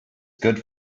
good